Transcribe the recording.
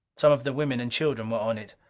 some of the women and children were on it.